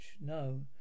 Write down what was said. no